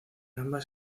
ambas